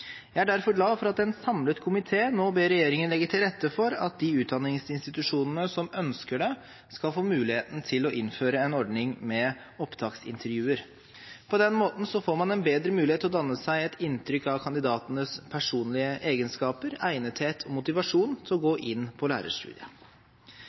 Jeg er derfor glad for at en samlet komité nå ber regjeringen legge til rette for at de utdanningsinstitusjonene som ønsker det, skal få muligheten til å innføre en ordning med opptaksintervjuer. På den måten får man en bedre mulighet til å danne seg et inntrykk av kandidatenes personlige egenskaper, egnethet og motivasjon til å gå inn på lærerstudiet.